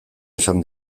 esan